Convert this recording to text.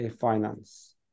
finance